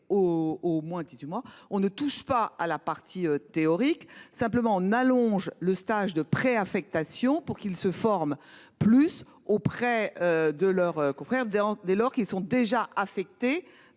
au moins 18 mois, on ne touche pas à la partie théorique simplement n'allonge le stage de pré-affectation pour qu'il se forme plus auprès de leurs confrères dès, dès lors qu'ils sont déjà affectés